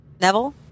Neville